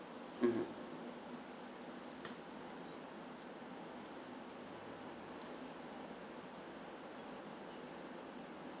mmhmm